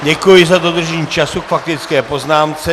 Děkuji za dodržení času k faktické poznámce.